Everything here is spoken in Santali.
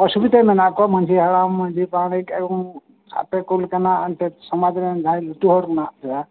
ᱚᱥᱩᱵᱤᱛᱟ ᱢᱮᱱᱟᱜ ᱠᱚᱣᱟ ᱢᱟᱡᱷᱤ ᱦᱟᱲᱟᱢ ᱢᱟᱡᱷᱤ ᱯᱟᱨᱟᱱᱤᱠ ᱮᱵᱚᱝ ᱟᱯᱮ ᱠᱚ ᱞᱮᱠᱟᱱᱟᱜ ᱮᱱᱛᱮᱫ ᱥᱚᱢᱟᱡᱽ ᱨᱮᱱ ᱡᱟᱦᱟᱸᱭ ᱞᱟᱹᱴᱩ ᱦᱚᱲ ᱢᱮᱱᱟᱜ ᱠᱚᱣᱟ